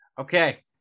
Okay